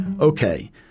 okay